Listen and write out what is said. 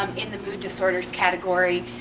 um in the mood disorders category,